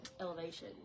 elevation